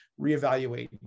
reevaluate